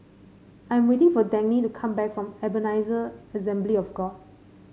I am waiting for Dagny to come back from Ebenezer Assembly of God